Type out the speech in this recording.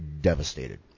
devastated